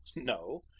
no.